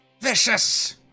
vicious